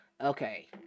okay